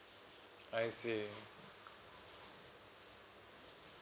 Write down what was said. I see